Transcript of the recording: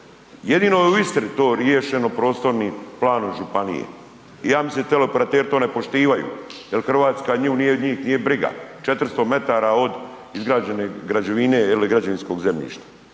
jedino je u Istri to riješeno prostornim planom županije. I ja mislim teleoperateri to ne poštivanju jer Hrvatska nju nije, njih nije briga. 400 metara od izgrađene građevine ili građevinskog zemljišta.